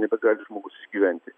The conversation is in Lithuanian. nebegali žmogus gyventi